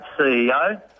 CEO